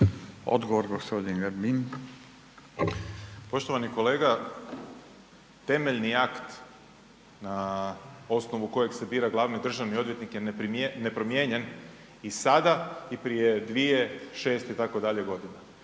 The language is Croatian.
**Grbin, Peđa (SDP)** Poštovani kolega, temeljni akt na osnovu kojeg se bira glavni državni odvjetnik je nepromijenjen i sada i prije 2, 6, itd.